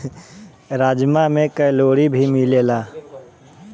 राजमा में कैलोरी भी मिलेला